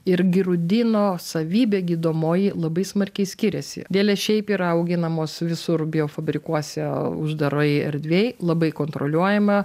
ir girudino savybė gydomoji labai smarkiai skiriasi dėlės šiaip yra auginamos visur biofabrikuose uždaroj erdvėj labai kontroliuojama